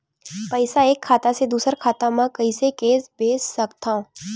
पईसा एक खाता से दुसर खाता मा कइसे कैसे भेज सकथव?